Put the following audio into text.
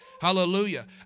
Hallelujah